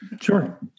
Sure